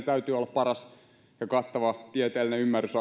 täytyy olla paras ja kattava tieteellinen ymmärrys